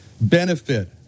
benefit